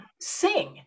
sing